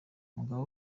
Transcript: umugabo